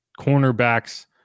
cornerbacks